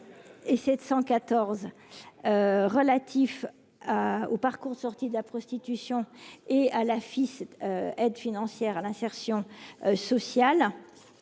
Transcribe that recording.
et 714 relatifs au parcours de sortie de la prostitution et à la FIS aide financière à l'insertion sociale,